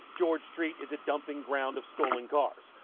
george street is a dumping ground of stolen cars.